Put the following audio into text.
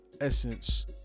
essence